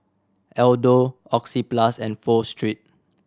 Aldo Oxyplus and Pho Street